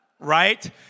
right